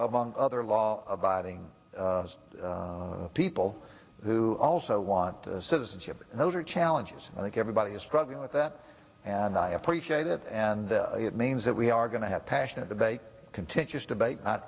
among other law abiding people who also want us citizenship and those are challenges i think everybody is struggling with that and i appreciate it and it means that we are going to have passionate debate contentious debate not